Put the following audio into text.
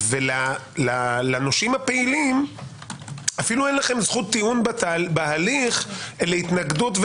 ולנושים הפעילים אפילו אין לכם זכות טיעון בהליך להתנגדות,